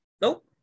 Nope